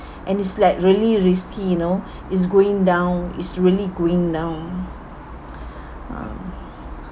and it's like really risky you know it's going down it's really going down uh